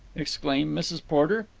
exclaimed mrs. porter.